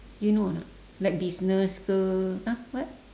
you know or not like business ke !huh! what